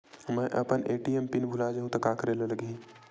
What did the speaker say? मैं अपन ATM PIN भुला जहु का करे ला लगही?